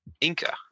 Inca